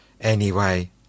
Anyway